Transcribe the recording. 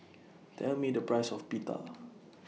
Tell Me The Price of Pita